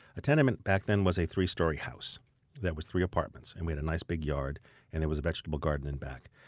a tenement, back then, was a three-story house that was three apartments. and we had a nice big yard and there was a vegetable garden in back.